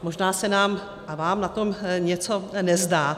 Možná se nám a vám na to něco nezdá.